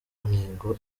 ntego